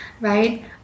right